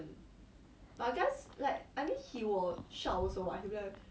but then cause their voice very low so it doesn't sound like screaming